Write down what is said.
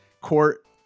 court